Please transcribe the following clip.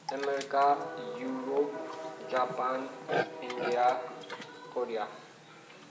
America Europe Japan India Korea